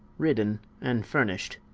ridden, and furnish'd.